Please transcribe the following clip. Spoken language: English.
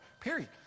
period